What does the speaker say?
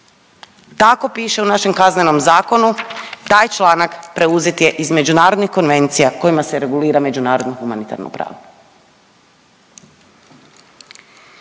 Tako piše u našem Kaznenom zakonu. Taj članak preuzet je iz međunarodnih konvencija kojima se regulira međunarodno humanitarno pravo.